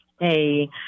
Hey